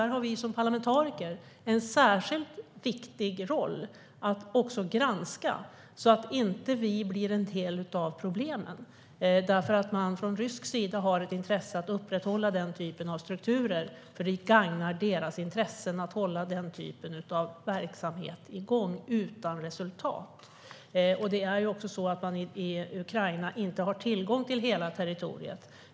Här har vi som parlamentariker en särskilt viktig roll att också granska så att vi inte blir en del av problemet. Från rysk sida har man ett intresse av att upprätthålla denna typ av strukturer, för det gagnar deras intresse av att hålla den typen av verksamhet igång utan resultat. I Ukraina har man inte tillgång till hela territoriet.